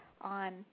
on